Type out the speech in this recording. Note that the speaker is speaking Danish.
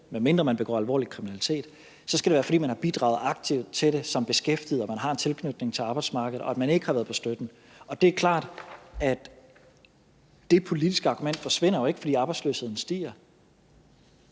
medmindre man begår alvorlig kriminalitet – så skal det være, fordi man har bidraget aktivt til det som beskæftiget, og at man har en tilknytning til arbejdsmarkedet, og at man ikke har været på støtten. Og det er klart, at det politiske argument jo ikke forsvinder, fordi arbejdsløsheden stiger.